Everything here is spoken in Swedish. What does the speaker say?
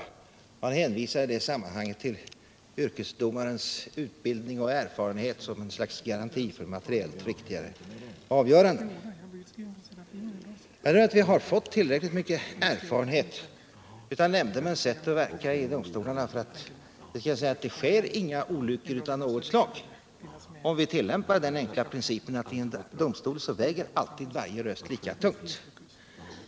Han hänvisar i det sammanhanget till yrkesdomarens utbildning och erfarenhet som något slags garanti för materiellt riktigare avgöranden. Jag tror att vi har fått tillräckligt mycket erfarenhet av nämndemännens sätt att verka i domstolarna för att kunna säga att det inte sker några olyckor av något slag om vi tillämpar den enkla principen att varje röst i en domstol alltid väger lika tungt.